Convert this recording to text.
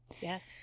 Yes